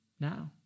now